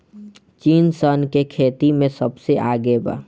चीन सन के खेती में सबसे आगे बा